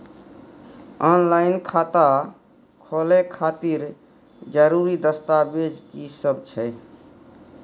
Online खाता खोले खातिर जरुरी दस्तावेज की सब छै?